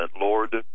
Lord